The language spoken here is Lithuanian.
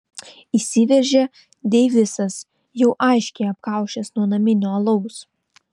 įsiveržia deivisas jau aiškiai apkaušęs nuo naminio alaus